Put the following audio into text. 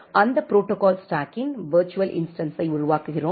அந்த ப்ரோடோகால் ஸ்டாக்கின் விர்ச்சுவல் இன்ஸ்டன்ஸை உருவாக்குகிறோம்